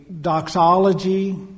doxology